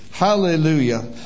Hallelujah